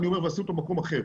ואשים אותו במקום אחר.